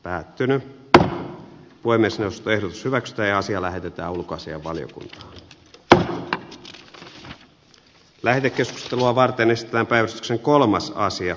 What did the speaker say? päättynyt voimme sen verran syväksteasialähetyttää ulkoasianvaliokunta taa lähetekeskustelua varten vaan pääosa näistä kaikista puheenvuoroista